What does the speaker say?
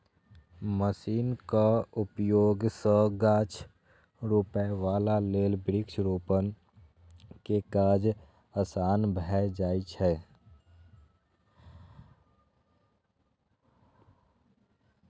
मशीनक उपयोग सं गाछ रोपै बला लेल वृक्षारोपण के काज आसान भए जाइ छै